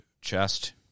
chest